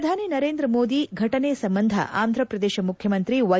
ಪ್ರಧಾನಿ ನರೇಂದ್ರ ಮೋದಿ ಘಟನೆ ಸಂಬಂಧ ಆಂಧ್ರಪ್ರದೇಶ ಮುಖ್ಯಮಂತ್ರಿ ವೈ